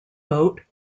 boat